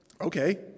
Okay